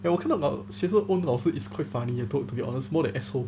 eh 我看学生 own 老师 it's quite funny to be honest more than asshole